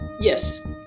Yes